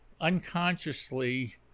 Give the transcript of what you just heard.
unconsciously